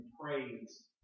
praise